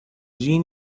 gene